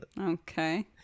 okay